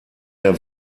der